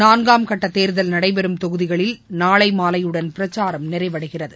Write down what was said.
நான்காம் கட்டதேர்தல் நடைபெறும் தொகுதிகளில் நாளைமாலையுடன் பிரச்சாரம் நிறைவடைகிறது